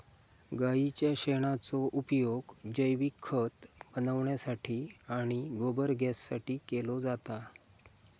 गाईच्या शेणाचो उपयोग जैविक खत बनवण्यासाठी आणि गोबर गॅससाठी केलो जाता